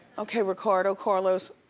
okay, ricardo, carlos,